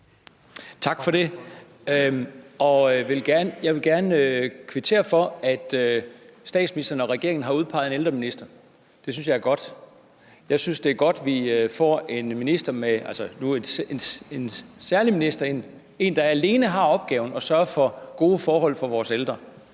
Tak for det. Jeg vil gerne kvittere for, at statsministeren og regeringen har udpeget en ældreminister. Det synes jeg er godt. Jeg synes, det er godt, at vi får en minister, der alene har opgaven at sørge for gode forhold for vores ældre.